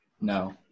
No